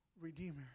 Redeemer